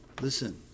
Listen